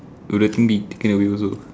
will the thing be taken away also